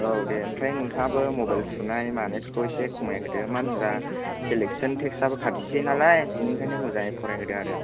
औ दे ओमफ्राय नोंथाङाबो मबेल थुनाय मानायफोरखौ एसे खमायहोदो मानो होनब्ला सेलेकसन टेस्टआबो खाथिसै नालाय बिनिखायनो मोजाङै फरायहोदो आरो